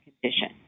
condition